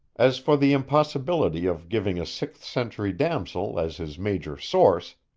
as for the impossibility of giving a sixth-century damosel as his major source,